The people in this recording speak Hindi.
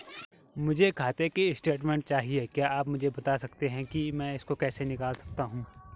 मुझे खाते की स्टेटमेंट चाहिए क्या आप मुझे बताना सकते हैं कि मैं इसको कैसे निकाल सकता हूँ?